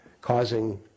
causing